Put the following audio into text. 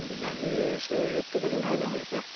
বিলাহীৰ হৈছে ৰেটটো কেনেধৰণৰ হৈ আছে